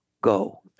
go